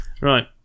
Right